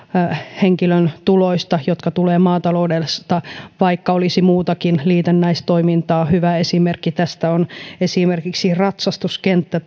henkilön tuloista jotka tulevat maataloudesta vaikka olisi muutakin liitännäistoimintaa hyviä esimerkkejä tästä ovat esimerkiksi ratsastuskenttä